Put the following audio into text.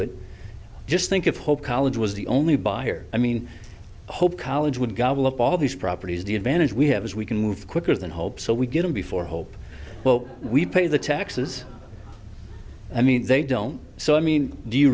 it just think of hope college was the only buyer i mean hope college would gobble up all these properties the advantage we have is we can move quicker than hope so we get them before hope well we pay the taxes i mean they don't so i mean do you